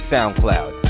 SoundCloud